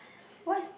what is